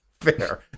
fair